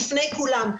בפני כולם,